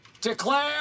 declare